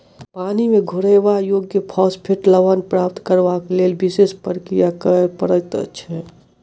पानि मे घोरयबा योग्य फास्फेट लवण प्राप्त करबाक लेल विशेष प्रक्रिया करय पड़ैत छै